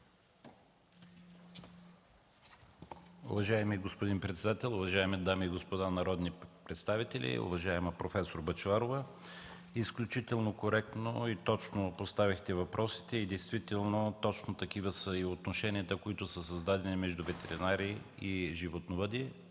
Уважаеми господин председател, уважаеми дами и господа народни представители! Уважаема проф. Бъчварова, изключително коректно и точно поставихте въпросите и действително точно такива са и отношенията, които са създадени между ветеринари и животновъди.